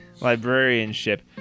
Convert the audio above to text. Librarianship